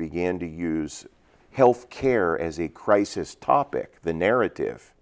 begin to use health care as a crisis topic the narrative